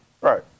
Right